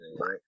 right